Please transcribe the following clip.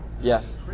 yes